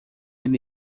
ele